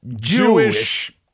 Jewish